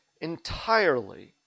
entirely